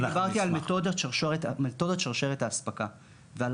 אני דיברתי על מתודת שרשרת האספקה ועל